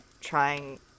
trying-